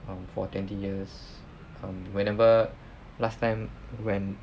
um for twenty years um whenever last time when